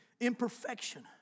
Imperfection